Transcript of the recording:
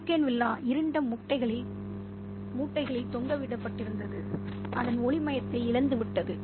bougainvillea இருண்ட மூட்டைகளில் தொங்கவிடப்பட்டிருந்த அதன் ஒளிமயத்தை இழந்து விட்டது